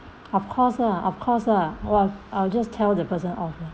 of course lah of course lah wh~ I'll just tell the person off